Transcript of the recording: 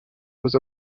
was